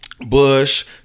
Bush